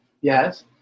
Yes